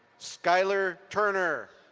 skylar turner.